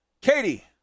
katie